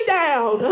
down